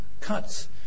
cuts